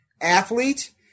athlete